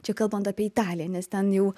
čia kalbant apie italiją nes ten jau